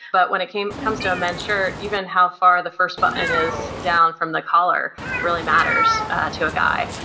but when it comes to a men's shirt, even how far the first button is down from the collar really matters ah to a guy.